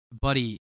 buddy